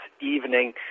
evening